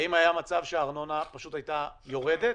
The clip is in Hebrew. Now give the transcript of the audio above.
האם היה מצב שהארנונה פשוט הייתה יורדת?